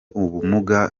ubumuga